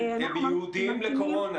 הם ייעודיים לקורונה,